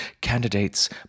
Candidates